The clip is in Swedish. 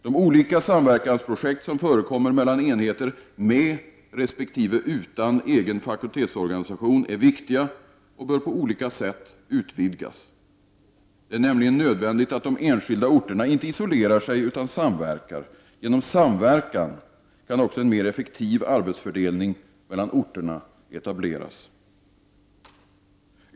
De olika samverkansprojekt som förekommer mellan enheter med resp. utan egen fakultetsorganisation är viktiga och bör på olika sätt utvidgas. Det är nämligen nödvändigt att de enskilda orterna inte isolerar sig utan samverkar. Genom samverkan kan också en mer effektiv arbetsfördelning mellan orterna etableras.